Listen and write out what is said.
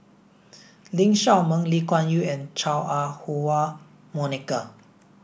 Lee Shao Meng Lee Kuan Yew and Chua Ah Huwa Monica